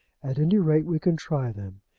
at any rate we can try them.